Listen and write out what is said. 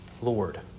Lord